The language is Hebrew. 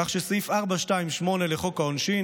כך שסעיף 428 לחוק העונשין,